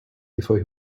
before